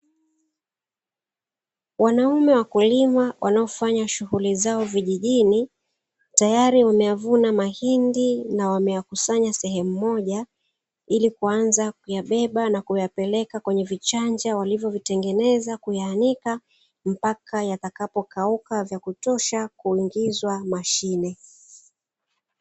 Wanaume wakulima wanaofanya shuguli zao vijijini, tayari wameyavuna mahindi na wameyakusanya sehemu moja, ili kuanza kuyabeba na kuyapeleka kwenye vichanja walivyovitengeneza; kuyaanika mpaka yatakapo kauka vya kutosha kuingizwa mashine.